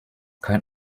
kein